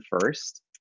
first